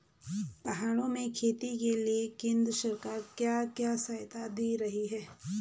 पहाड़ों में खेती के लिए केंद्र सरकार क्या क्या सहायता दें रही है?